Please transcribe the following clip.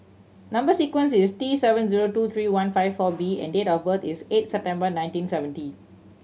number sequence is T seven zero two three one five four B and date of birth is eight September nineteen seventy